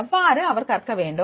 எவ்வாறு அவர் கற்க வேண்டும்